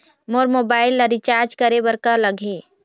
मोर mobile ला recharge करे बर का लगही?